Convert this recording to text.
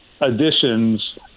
additions